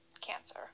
Cancer